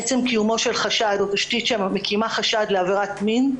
עצם קיומו של חשד או תשתית שמקימה חשד לעבירת מין,